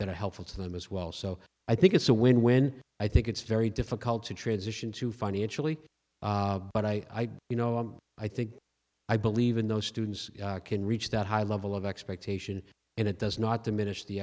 that are helpful to them as well so i think it's a win win i think it's very difficult to transition to financially but i you know i think i believe in those students can reach that high level of expectation and it does not diminish the